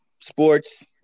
Sports